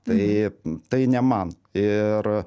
tai tai ne man ir